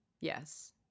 Yes